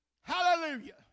hallelujah